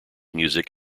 music